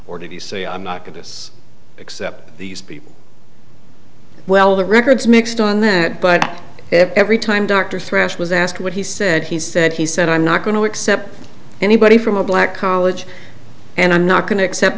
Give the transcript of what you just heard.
or did he say i'm not going to us except these people well the records mixed on that but every time dr thrash was asked what he said he said he said i'm not going to accept anybody from a black college and i'm not going to accept